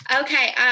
Okay